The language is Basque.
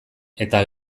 eta